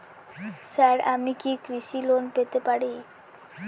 Sir আমি কি কৃষি লোন পেতে পারি?